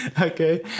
Okay